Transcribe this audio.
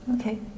Okay